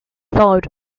followed